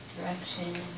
direction